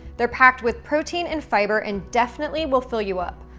they're packed with protein and fiber, and definitely will fill you up.